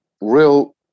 real